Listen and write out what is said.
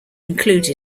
include